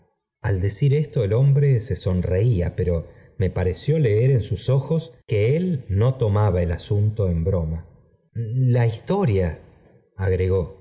al decir esto el hombre se sonreía pero me pa reoió leer en sus ojos que él no tomaba el asunto en broma f da historia agregó